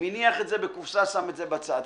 מניח בקופסא שם את זה בצד.